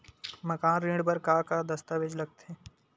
मकान ऋण बर का का दस्तावेज लगथे?